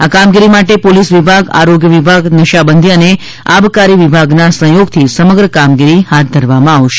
આ કામગીરી માટે પોલિસ વિભાગ આરોગ્ય વિભાગ નશાબંધી અને આબકારી વિભાગના સફયોગથી સમગ્ર કામગીરી હાથ ધરવામાં આવશે